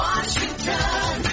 Washington